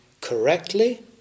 correctly